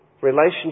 relationship